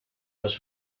los